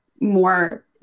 more